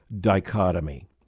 dichotomy